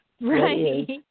Right